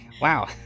Wow